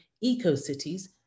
eco-cities